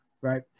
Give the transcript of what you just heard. right